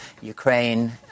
Ukraine